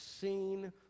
seen